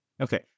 Okay